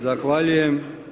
Zahvaljujem.